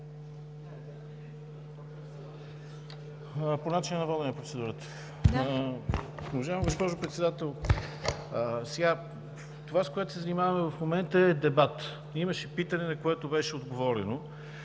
по начина на водене. Уважаема госпожо Председател, това, с което се занимаваме в момента, е дебат. Имаше питане, на което беше отговорено.